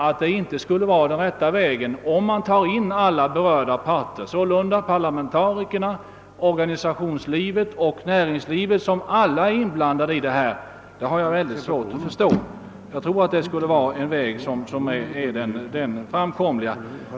Att det inte skulle vara rätt väg att låta alla parter komma till tals — parlamentarikerna, organisationslivet och näringslivet, som alla är inblandade — har jag mycket svårt att förstå. Jag tror att det skulle vara en framkomlig väg.